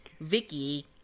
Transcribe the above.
Vicky